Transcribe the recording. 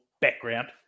background